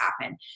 happen